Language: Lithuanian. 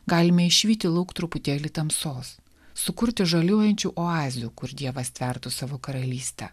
galime išvyti lauk truputėlį tamsos sukurti žaliuojančių oazių kur dievas tvertų savo karalystę